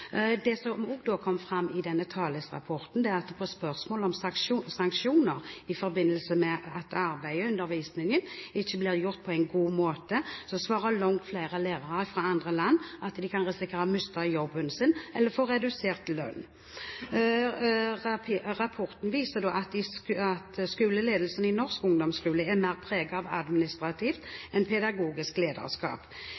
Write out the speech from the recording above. Det som også kom fram i TALIS-rapporten på spørsmål om sanksjoner i forbindelse med at undervisningen ikke ble gitt på en god måte, var at langt flere lærere fra andre land svarte at de kan risikere å miste jobben sin eller få redusert lønn. Rapporten viser at skoleledelsen i norsk ungdomsskole er mer preget av